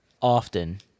often